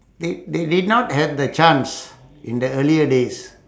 they they they did not have the chance in their earlier days